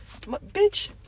Bitch